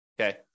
Okay